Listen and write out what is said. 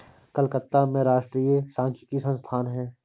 कलकत्ता में राष्ट्रीय सांख्यिकी संस्थान है